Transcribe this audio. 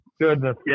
goodness